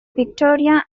victoria